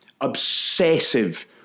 obsessive